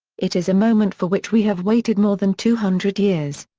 it is a moment for which we have waited more than two hundred years.